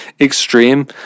extreme